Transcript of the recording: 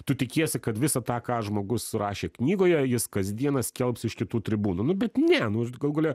tu tikiesi kad visą tą ką žmogus surašė knygoje jis kasdieną skelbs iš kitų tribūnų nu bet ne nu galų gale